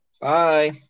Bye